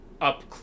up